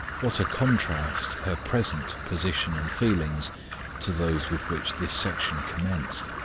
what a contrast her present position and feelings to those with which this section commenced!